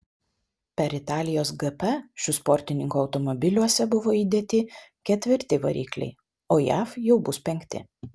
per italijos gp šių sportininkų automobiliuose buvo įdėti ketvirti varikliai o jav jau bus penkti